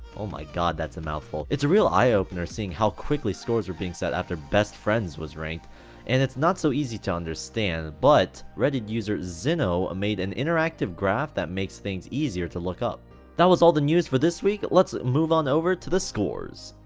oh my god, that's a mouthful it's a real eye-opener seeing how quickly scores were being set after best friends was ranked and it's not so easy to understand but reddit users xinoh? made an interactive interactive graph that makes things easier to look up that was all the news for this week let's move on over to the scores